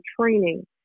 training